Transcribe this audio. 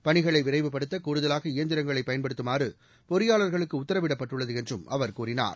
பணிகளை விரைவுப்படுத்த கூடுதவாக இயந்திரங்களை பயன்படுத்துமாறு பொறியாளா்களுக்கு உத்தரவிடப்பட்டுள்ளது என்றும் அவர் கூறினார்